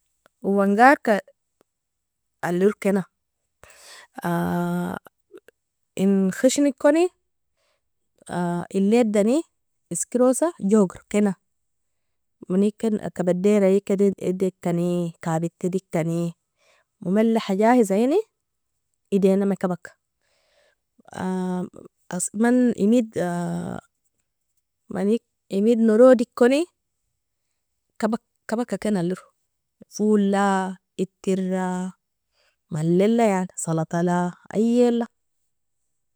Owongarka alero kena, in khshinikoni elidani iskerosa jogro kena mani ken kabaderiai ken idikani, kabita idekani, مملحة jahizaine edenami kabaka, man emid mani emid norodikoni kabakaken alero, folla, ittra, mallela yani salatala ayeala.